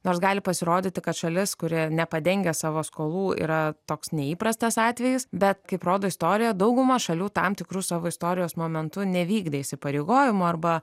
nors gali pasirodyti kad šalis kuri nepadengia savo skolų yra toks neįprastas atvejis bet kaip rodo istorija dauguma šalių tam tikru savo istorijos momentu nevykdė įsipareigojimų arba